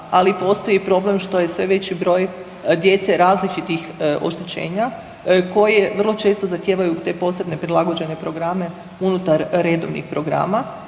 ali postoji problem što je sve veći broj djece različitih oštećenja koje vrlo često zahtijevaju te posebne prilagođene programe unutar redovnih programa.